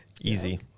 Easy